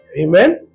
Amen